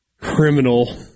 Criminal